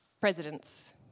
presidents